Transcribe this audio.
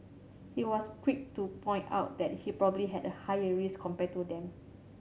he was quick to point out that he probably had a higher risk compared to them